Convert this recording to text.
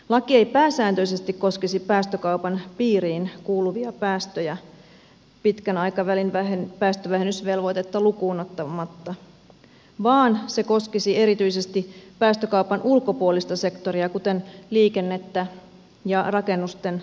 laki ei pääsääntöisesti koskisi päästökaupan piiriin kuuluvia päästöjä pitkän aikavälin päästövähennysvelvoitetta lukuun ottamatta vaan se koskisi erityisesti päästökaupan ulkopuolista sektoria kuten liikennettä ja rakennusten lämmitystä